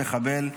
בשל מחבל,